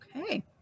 Okay